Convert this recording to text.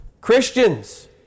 Christians